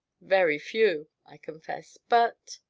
very few, i confessed, but